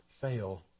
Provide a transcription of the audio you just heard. fail